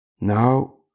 Now